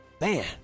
Man